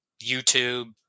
YouTube